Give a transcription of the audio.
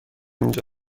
اینجا